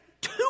two